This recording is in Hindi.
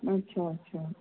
अच्छा अच्छा